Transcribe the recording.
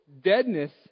deadness